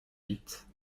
vite